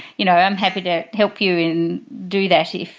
you know, i'm happy to help you in do that if,